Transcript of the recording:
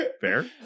Fair